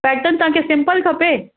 pattern तव्हांखे simple खपे